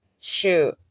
shoot